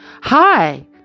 Hi